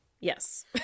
yes